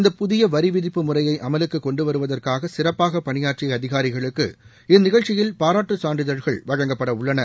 இந்த புதிய வரிவிதிப்பு முறையை அமலுக்கு கொண்டுவருவதற்காக சிறப்பாக பணியாற்றிய அதிகாரிகளுக்கு இந்நிகழ்ச்சியில் பாராட்டுச் சான்றிதழ்கள் வழங்கப்படவுள்ளன